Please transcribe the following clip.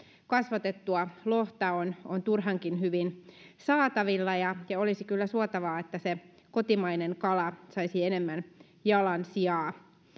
kasvatettua lohta on turhankin hyvin saatavilla ja ja olisi kyllä suotavaa että se kotimainen kala saisi enemmän jalansijaa